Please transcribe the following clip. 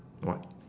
what